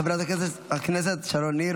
חברת הכנסת שרון ניר,